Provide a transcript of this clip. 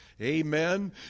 Amen